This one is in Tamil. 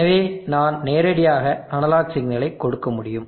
எனவே நான் நேரடியாக அனலாக் சிக்னலை கொடுக்க முடியும்